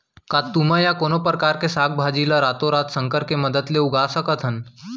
का तुमा या कोनो परकार के साग भाजी ला रातोरात संकर के मदद ले उगा सकथन?